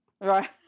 Right